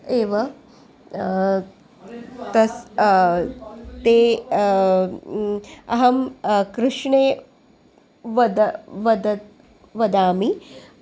एव तस्य ते अहं कृष्णे वद वद वदामि